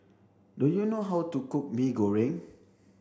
do you know how to cook Mee Goreng